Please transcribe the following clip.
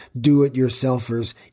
do-it-yourselfers